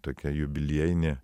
tokia jubiliejinė